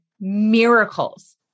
miracles